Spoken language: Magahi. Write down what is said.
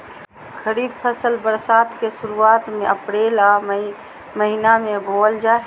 खरीफ फसल बरसात के शुरुआत में अप्रैल आ मई महीना में बोअल जा हइ